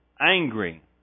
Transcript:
angry